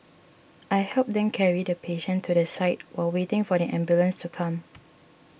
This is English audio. I helped them carry the patient to the side while waiting for the ambulance to come